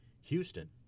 Houston